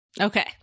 Okay